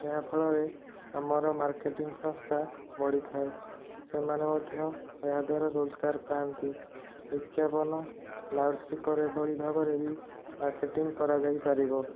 ଏହା ଫଳରେ ଆମର ମାର୍କେଟିଙ୍ଗ୍ ସଂସ୍ଥା ବଢ଼ିଥାଏ ସେମାନେ ମଧ୍ୟ ଏହାଦ୍ୱାରା ରୋଜଗାର ପାଆନ୍ତି ବିଜ୍ଞାପନ ଲାଉଡ୍ ସ୍ପିକର ଏଭଳି ଭାବରେ ବି ମାର୍କେଟିଙ୍ଗ୍ କରାଯାଇପାରିବ